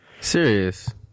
Serious